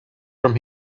from